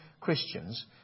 Christians